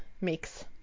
mix